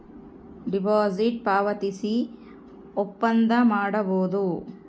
deposit ಪಾವತಿಸಿ ಒಪ್ಪಂದ ಮಾಡಬೋದು